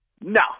No